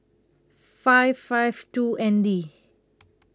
five five two N D